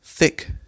Thick